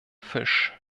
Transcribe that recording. fisch